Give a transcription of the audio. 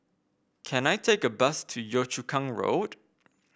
can I take a bus to Yio Chu Kang Road